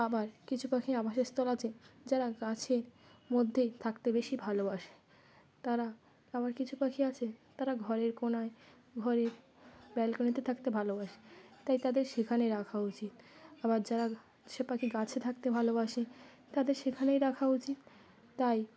আবার কিছু পাখি আবাসস্থল আছে যারা গাছের মধ্যেই থাকতে বেশি ভালোবাসে তারা আবার কিছু পাখি আছে তারা ঘরের কোণায় ঘরের ব্যালকনিতে থাকতে ভালোবাসে তাই তাদের সেখানেই রাখা উচিত আবার যারা সে পাখি গাছে থাকতে ভালোবাসে তাদের সেখানেই রাখা উচিত তাই